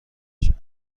نشه